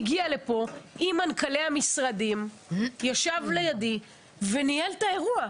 הוא הגיע לפה עם מנהלי המשרדים וניהל את האירוע.